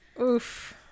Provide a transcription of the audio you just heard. Oof